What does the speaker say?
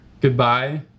goodbye